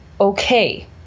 okay